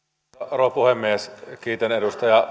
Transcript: rouva puhemies kiitän edustaja